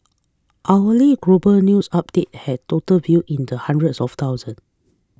hourly global news update had total view in the hundreds of thousand